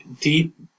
Deep